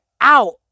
out